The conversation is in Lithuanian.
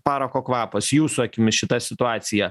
parako kvapas jūsų akimis šita situacija